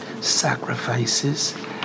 sacrifices